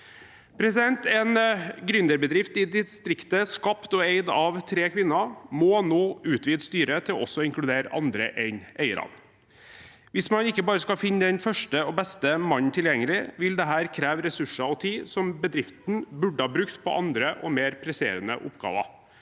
En gründerbedrift i distriktet skapt og eid av tre kvinner må nå utvide styret til også å inkludere andre enn eierne. Hvis man ikke bare skal finne den første og beste mannen tilgjengelig, vil dette kreve ressurser og tid som bedriften burde ha brukt på andre og mer presserende oppgaver,